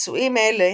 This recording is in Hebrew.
ביצועים אלה